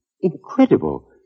Incredible